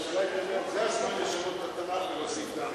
זה הזמן לשנות את התנ"ך ולהוסיף את,